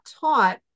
taught